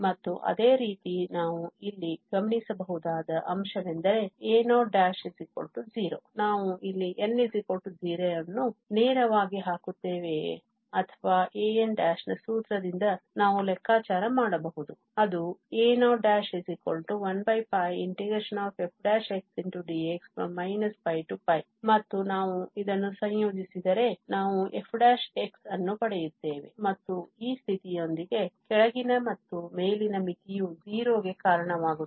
ಮತ್ತು ಅದೇ ರೀತಿ ನಾವು ಇಲ್ಲಿ ಗಮನಿಸಬಹುದಾದ ಅಂಶವೆಂದರೆ a'00 ನಾವು ಇಲ್ಲಿ n0 ಅನ್ನು ನೇರವಾಗಿ ಹಾಕುತ್ತೇವೆಯೇ ಅಥವಾ an ನ ಸೂತ್ರದಿಂದ ನಾವು ಲೆಕ್ಕಾಚಾರ ಮಾಡಬಹುದು ಅದು a'0 1 fxdx ಮತ್ತು ನಾವು ಇದನ್ನು ಸಂಯೋಜಿಸಿದರೆ ನಾವು f ಅನ್ನು ಪಡೆಯುತ್ತೇವೆ ಮತ್ತು ಈ ಸ್ಥಿತಿಯೊಂದಿಗೆ ಕೆಳಗಿನ ಮತ್ತು ಮೇಲಿನ ಮಿತಿಯು 0 ಗೆ ಕಾರಣವಾಗುತ್ತದೆ